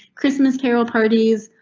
christmas carol parties,